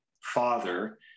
father